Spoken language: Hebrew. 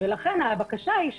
לכן הבקשה היא,